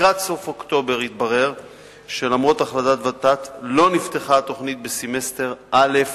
לקראת סוף אוקטובר התברר שלמרות החלטת ות"ת לא נפתחה התוכנית בסמסטר א'